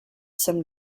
some